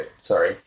sorry